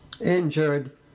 injured